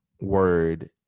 word